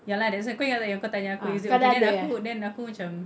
ya lah that's why kau ingat tak yang kau tanya aku is it okay then aku then aku macam